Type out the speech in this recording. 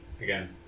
Again